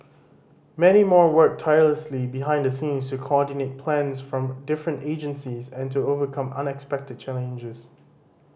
many more worked tirelessly behind the scenes to coordinate plans from different agencies and to overcome unexpected challenges